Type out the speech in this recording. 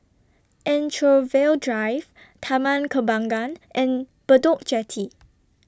Anchorvale Drive Taman Kembangan and Bedok Jetty